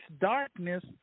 darkness